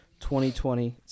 2020